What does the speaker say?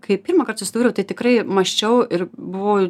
kai pirmąkart susidūriau tai tikrai mąsčiau ir buvau